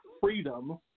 freedom